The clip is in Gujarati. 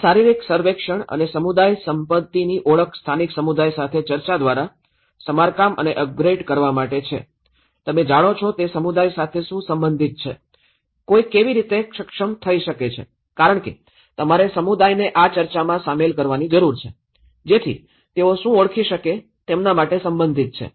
શારીરિક સર્વેક્ષણ અને સમુદાય સંપત્તિની ઓળખ સ્થાનિક સમુદાય સાથે ચર્ચા દ્વારા સમારકામ અને અપગ્રેડ કરવા માટે છે તમે જાણો છો તે સમુદાય સાથે શું સંબંધિત છે કોઈ કેવી રીતે સક્ષમ થઈ શકે છે કારણ કે તમારે સમુદાયને આ ચર્ચામાં શામેલ કરવાની જરૂર છે જેથી તેઓ શું ઓળખી શકે તેમના માટે સંબંધિત છે